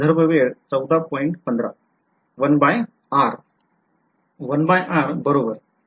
विध्यार्थी १ r बरोबर